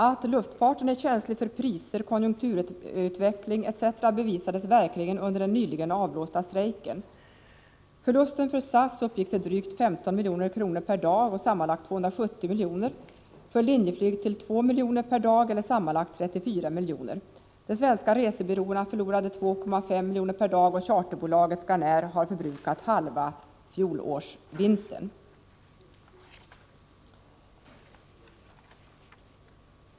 Att luftfarten är känslig för priser, konjunkturutveckling m.m. bevisades verkligen under den nyligen avblåsta strejken. Förlusten för SAS uppgick till drygt 15 milj.kr. per dag eller sammanlagt 270 milj.kr., för Linjeflyg till ca 2 milj.kr. per dag eller sammanlagt 34 milj.kr. De svenska resebyråerna förlorade 2,5 milj.kr. per dag, och charterbolaget Scanair har förbrukat halva fjolårsvinsten.